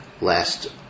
last